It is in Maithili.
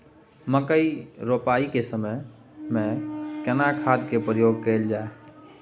मकई रोपाई के समय में केना खाद के प्रयोग कैल जाय?